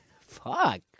Fuck